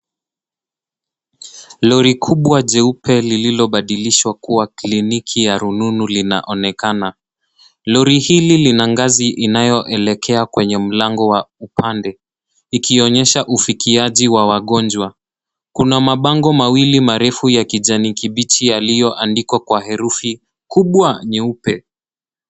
Lori kubwa jeupe lililobadilishwa kuwa kliniki ya rununu linaonekana lori hili lina ngazi inayoelekea kwenye mlango wa upande ikionyesha ufikiaji wa wagonjwa. Kuna mabango mawili ya kijani kibichi yaliyoandikwa kwa herufi kubwa nyeupe.